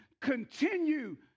continue